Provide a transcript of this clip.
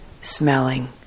smelling